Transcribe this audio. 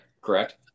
Correct